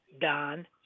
Don